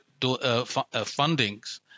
fundings